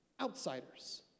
outsiders